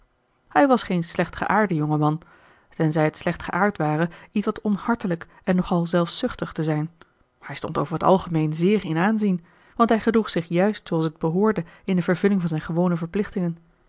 hij was geen slechtgeaarde jonge man tenzij het slecht geaard ware ietwat onhartelijk en nog al zelfzuchtig te zijn hij stond over t algemeen zeer in aanzien want hij gedroeg zich juist zooals het behoorde in de vervulling van zijn gewone verplichtingen